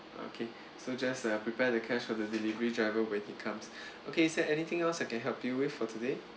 okay so just uh prepare the cash for the delivery driver when he comes okay is there anything else I can help you with for today